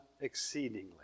exceedingly